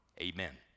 amen